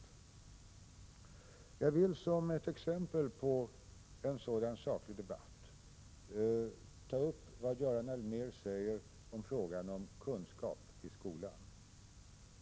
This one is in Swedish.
Som exempel på en sådan saklig debatt vill jag ta upp vad Carl-Johan Wilson säger i frågan om kunskap i skolan.